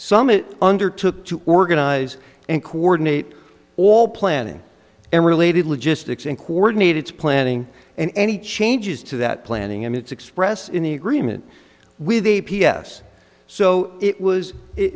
summit undertook to organize and coordinate all planning and related logistics and coordinate its planning and any changes to that planning and it's express in the agreement with a p s so it was